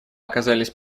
оказались